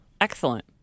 Excellent